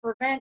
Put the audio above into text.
prevent